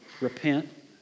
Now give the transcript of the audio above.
repent